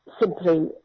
simply